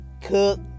cook